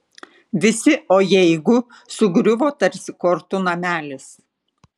visi o jeigu sugriuvo tarsi kortų namelis